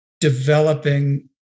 developing